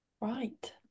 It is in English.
Right